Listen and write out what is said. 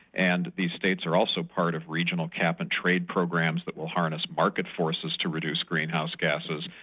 and these states are also part of regional cap and trade programs that will harness market forces to reduce greenhouse gases,